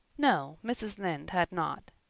no, mrs. lynde had not.